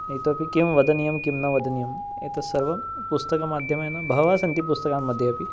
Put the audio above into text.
इतोऽपि किं वदनीयं किं न वदनीयम् एतत् सर्वं पुस्तकमाध्यमेन बहवः सन्ति पुस्तकान् मध्ये अपि